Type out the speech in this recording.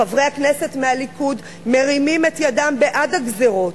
חברי הכנסת מהליכוד מרימים את ידם בעד הגזירות,